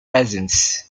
resins